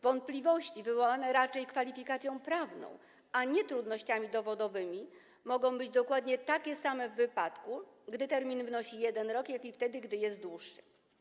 Wątpliwości, wywołane raczej kwalifikacją prawną, a nie trudnościami dowodowymi, mogą być dokładnie takie same zarówno wtedy, gdy termin wynosi jeden rok, jak i wtedy, gdy jest on dłuższy.